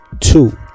two